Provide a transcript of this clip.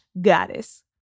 goddess